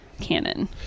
canon